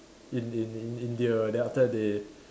in in in in India then after that they